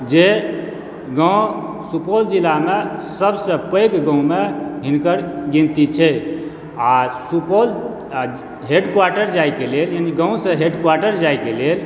जे गाँव सुपौल जिलामे सभसँ पैघ गाँवमे हिनकर गिनती छै आ सुपौल आ हेड क्वार्टर जाइके लेल यानि गाँवसँ हेड क्वार्टर जाइके लेल